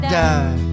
die